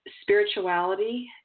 spirituality